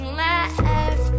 left